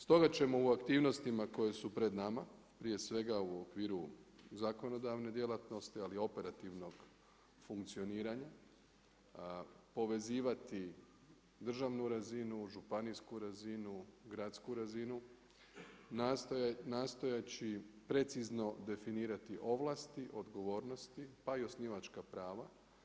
Stoga ćemo u aktivnostima koje su pred nama, prije svega u okviru zakonodavne djelatnosti ali operativnog funkcioniranja povezivati državnu razinu, županijsku razinu, gradsku razinu nastojeći precizno definirati ovlasti, odgovornosti pa i osnivačka prava.